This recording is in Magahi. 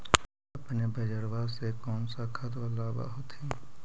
अपने बजरबा से कौन सा खदबा लाब होत्थिन?